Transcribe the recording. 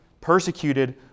persecuted